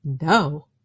no